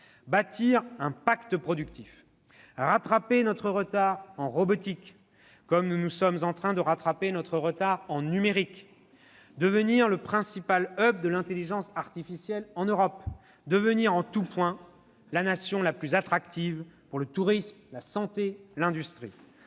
bâtir un pacte productif ; rattraper notre retard en robotique, comme nous sommes en train de rattraper notre retard en numérique ; devenir le principal hub de l'intelligence artificielle en Europe ; devenir en tout point la Nation la plus attractive, pour le tourisme, la santé, l'industrie